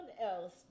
else